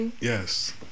Yes